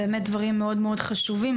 באמת דברים מאוד מאוד חשובים.